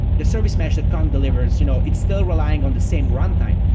the service mesh that kong delivers, you know it's still relying on the same runtime,